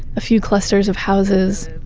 a few clusters of houses.